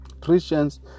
christians